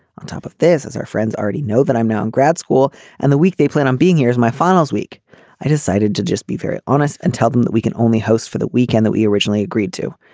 on top of this as our friends already know that i'm now in grad school and the week they plan on being here's my finals week i decided to just be very honest and tell them that we can only host for the weekend. we originally agreed to.